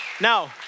Now